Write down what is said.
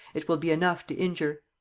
it will be enough to injure.